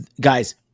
guys